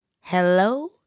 Hello